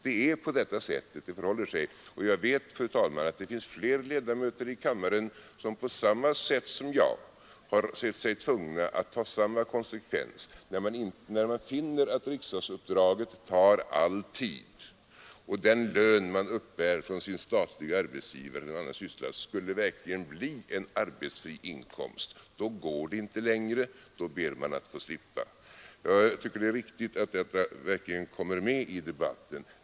Det är på detta sätt det förhåller sig och jag vet, herr talman, att det finns fler ledamöter i kammaren som på samma sätt som jag har sett sig tvungna att ta samma konsekvens när de funnit att riksdagsuppdraget tar all tid. När den lön de uppbär från sin statliga arbetsgivare för en annan syssla verkligen skulle bli en arbetsfri inkomst, då går det inte längre. Då ber man att få slippa. Jag tycker att det är riktigt att detta kommer med i debatten.